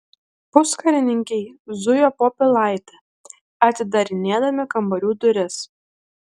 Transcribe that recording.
puskarininkiai zujo po pilaitę atidarinėdami kambarių duris